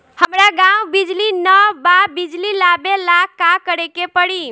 हमरा गॉव बिजली न बा बिजली लाबे ला का करे के पड़ी?